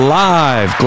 live